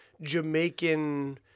Jamaican